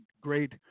great